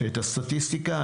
את הסטטיסטיקה.